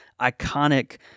iconic